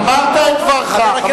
אמרת את דברך.